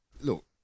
look